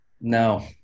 no